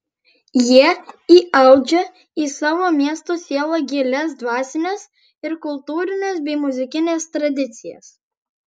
jie įaudžia į savo miesto sielą gilias dvasines ir kultūrines bei muzikines tradicijas